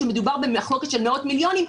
שמדובר במחלוקת של מאות מיליונים,